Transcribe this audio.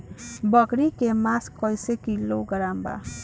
बकरी के मांस कईसे किलोग्राम बा?